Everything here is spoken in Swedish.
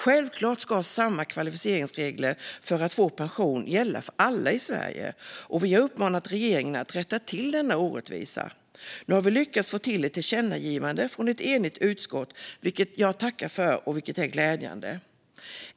Självklart ska samma kvalificeringsregler för att få pension gälla för alla i Sverige, och vi har uppmanat regeringen att rätta till denna orättvisa. Nu har vi lyckats få till ett tillkännagivande från ett enigt utskott, vilket jag tackar för och vilket är glädjande.